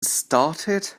started